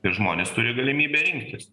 ir žmonės turi galimybę rinktis